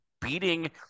beating